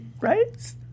right